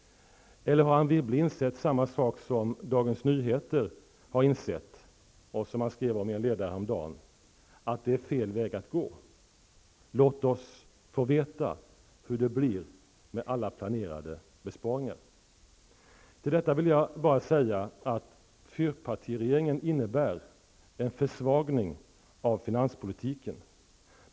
Eller har Anne Wibble insett samma sak som Dagens Nyheter har insett, vilket man skrev om i en ledare häromdagen, att detta är fel väg att gå? Låt oss få veta hur det blir med alla planerade besparingar. Till detta vill jag bara säga att fyrpartiregeringen innebär en försvagning av finanspolitiken.